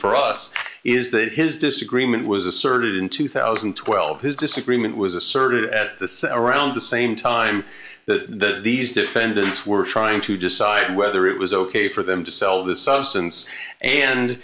for us is that his disagreement was asserted in two thousand and twelve his disagreement with asserted at this around the same time that these defendants were trying to decide whether it was ok for them to sell the substance and